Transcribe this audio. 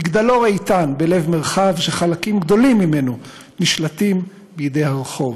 מגדלור איתן בלב מרחב שחלקים גדולים ממנו נשלטים בידי הרחוב.